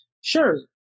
sure